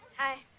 hi.